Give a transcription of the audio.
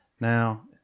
Now